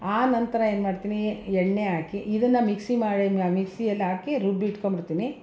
ಆ ನಂತರ ಏನ್ಮಾಡ್ತೀನಿ ಎಣ್ಣೆ ಹಾಕಿ ಇದನ್ನು ಮಾಡಿದ ಮಿಕ್ಸಿ ಮಾಡಿದ ಮಿಕ್ಸಿಯಲ್ಲಿ ಹಾಕಿ ರುಬ್ಬಿಟ್ಕೊಂಡ್ಬಿಡ್ತೀನಿ